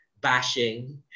bashing